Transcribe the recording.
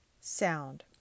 sound